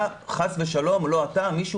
מישהו